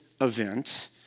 event